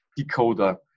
decoder